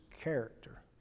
character